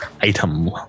item